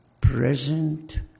present